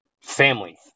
family